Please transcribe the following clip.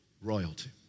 royalty